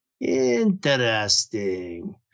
Interesting